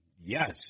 Yes